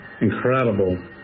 incredible